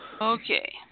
Okay